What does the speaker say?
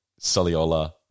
Saliola